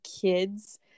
kids